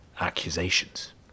accusations